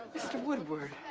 mr. woodward.